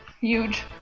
huge